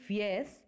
yes